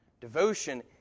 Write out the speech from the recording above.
...devotion